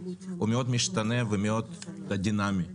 הוא מאוד משתנה ומאוד דינאמי.